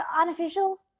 unofficial